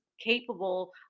capable